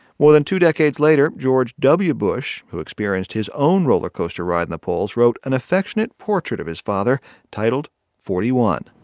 more than two decades later, george w. bush, who experienced his own roller coaster ride in the polls, wrote an affectionate portrait of his father titled forty one.